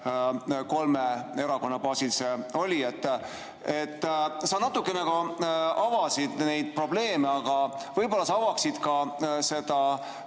kolme erakonna baasil see oli. Sa natukene ka avasid neid probleeme, aga võib-olla avaksid seda